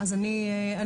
אז אני אגיד,